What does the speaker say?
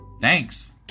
Thanks